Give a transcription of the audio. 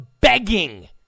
begging